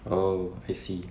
oh I see